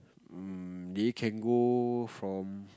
um they can go from